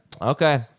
Okay